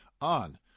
on